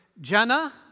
Jenna